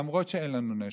למרות שאין לנו נשק,